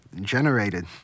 generated